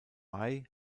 mai